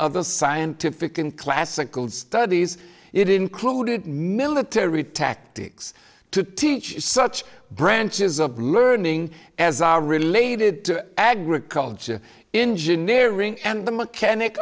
other scientific and classical studies it included military tactics to teach such branches of learning as are related to agriculture engineering and the mechanic